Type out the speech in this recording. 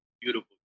beautiful